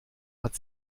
hat